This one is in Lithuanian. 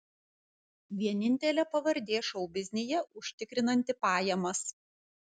vienintelė pavardė šou biznyje užtikrinanti pajamas